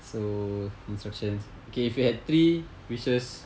so instructions okay if you had three wishes